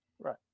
Right